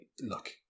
look